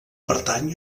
pertany